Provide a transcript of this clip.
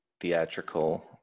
theatrical